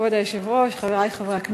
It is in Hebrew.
כבוד היושב-ראש, חברי חברי הכנסת,